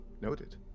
Noted